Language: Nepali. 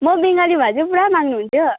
म बङ्गाली भए चाहिँ पुरा माग्नुहुन्थ्यो